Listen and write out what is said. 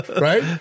Right